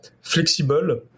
flexible